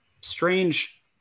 strange